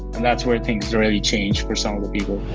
and that's where things really changed for some of the people.